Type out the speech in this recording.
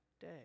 day